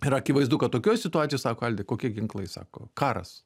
ir akivaizdu kad tokioj situacijoj sako alvydai kokie ginklai sako karas